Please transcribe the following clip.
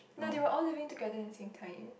no they were all living together in the same time